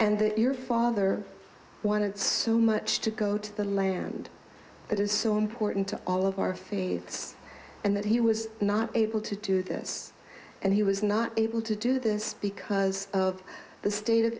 and your father wanted so much to go to the land that is so important to all of our faiths and that he was not able to do this and he was not able to do this because of the state of